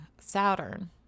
Saturn